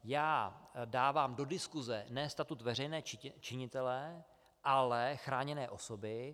Já dávám do diskuse ne statut veřejného činitele, ale chráněné osoby.